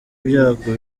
ibyago